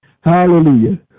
Hallelujah